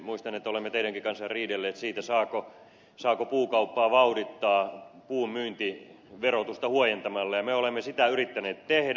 muistan että olemme teidänkin kanssa riidelleet siitä saako puukauppaa vauhdittaa puun myyntiverotusta huojentamalla ja me olemme sitä yrittäneet tehdä